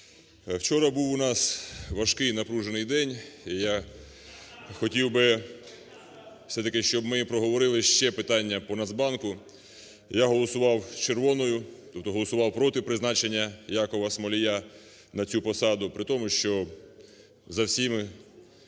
Вчора був у нас важкий і напружений день. Я хотів би все-таки, щоб ми проговорили ще питання по Нацбанку. Я голосував червоною, тобто голосував проти призначення Якова Смолія на цю посаду. При тому, що за всією